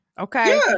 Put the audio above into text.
okay